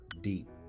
deep